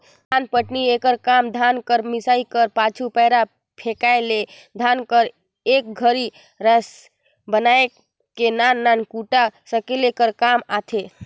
धानपटनी एकर काम धान कर मिसाए कर पाछू, पैरा फेकाए ले धान ल एक घरी राएस बनाए के नान नान कूढ़ा सकेले कर काम आथे